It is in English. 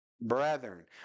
brethren